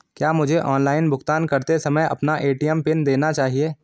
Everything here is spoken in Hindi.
क्या मुझे ऑनलाइन भुगतान करते समय अपना ए.टी.एम पिन देना चाहिए?